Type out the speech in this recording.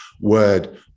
word